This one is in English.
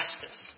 justice